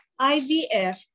IVF